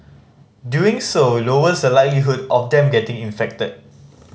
doing so lowers the likelihood of them getting infected